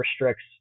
restricts